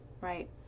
right